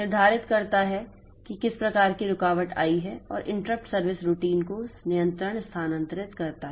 निर्धारित करता है कि किस प्रकार की रुकावट आई है और इंटरप्ट सर्विस रूटीन को नियंत्रण स्थानांतरित करता है